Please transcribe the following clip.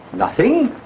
nothing?